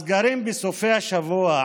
הסגרים בסופי השבוע,